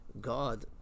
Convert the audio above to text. God